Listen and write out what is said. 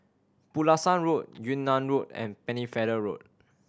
Pulasan Road Yunnan Road and Pennefather Road